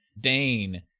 Dane